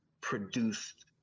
produced